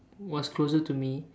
was closer to me